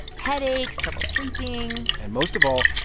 headaches, trouble sleeping and most of all,